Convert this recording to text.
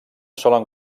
solen